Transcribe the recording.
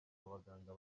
abaganga